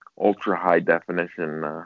ultra-high-definition